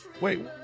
Wait